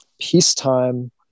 peacetime